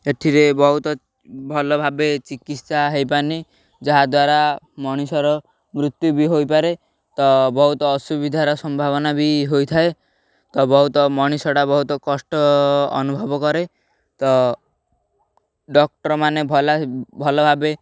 ଏଥିରେ ବହୁତ ଭଲ ଭାବେ ଚିକିତ୍ସା ହେଇପାରୁନି ଯାହାଦ୍ୱାରା ମଣିଷର ମୃତ୍ୟୁ ବି ହୋଇପାରେ ତ ବହୁତ ଅସୁବିଧାର ସମ୍ଭାବନା ବି ହୋଇଥାଏ ତ ବହୁତ ମଣିଷଟା ବହୁତ କଷ୍ଟ ଅନୁଭବ କରେ ତ ଡକ୍ଟର ମାନେ ଭଲ ଭାବେ